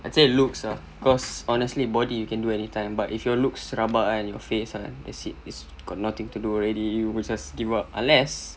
I'd say looks ah cause honestly body you can do anytime but if your looks rabak kan and your face ah that's it got nothing to do already just give up unless